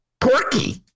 Porky